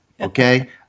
okay